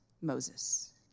Moses